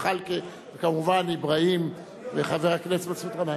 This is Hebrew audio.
זחאלקה וכמובן אברהים וחבר הכנסת מסעוד גנאים.